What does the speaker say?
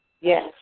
Yes